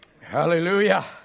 Hallelujah